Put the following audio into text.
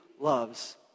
loves